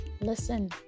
Listen